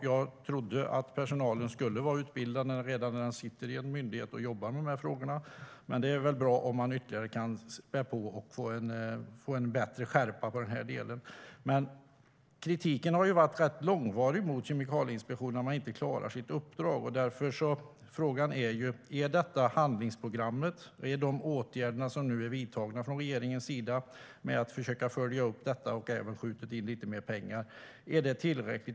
Jag trodde att personal som sitter i en myndighet och jobbar med dessa frågor redan var utbildad, men det är bra om man ytterligare kan spä på och få en bättre skärpa i den delen. Kritiken mot att Kemikalieinspektionen inte klarar av sitt uppdrag har varit långvarig. Därför är frågan: Är handlingsprogrammet och de åtgärder som regeringen nu har vidtagit för att följa upp detta och skjuta till lite mer pengar tillräckliga?